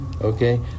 Okay